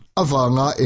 avanga